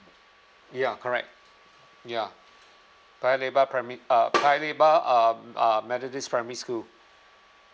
ya correct ya paya lebar primary uh paya lebar uh um methodist primary school